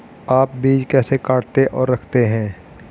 आप बीज कैसे काटते और रखते हैं?